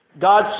God